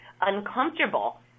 uncomfortable